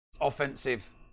offensive